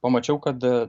pamačiau kad